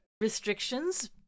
restrictions